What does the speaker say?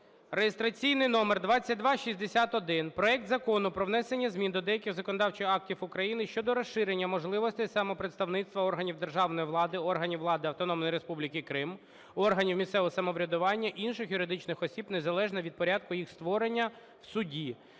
реєстраційний номер 2261. Проект Закону про внесення змін до деяких законодавчих актів України щодо розширення можливостей самопредставництва органів державної влади, органів влади Автономної Республіки Крим, органів місцевого самоврядування, інших юридичних осіб незалежно від порядку їх створення в суді.